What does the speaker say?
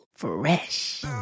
fresh